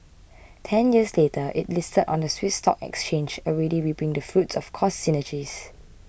ten years later it listed on the Swiss stock exchange already reaping the fruits of cost synergies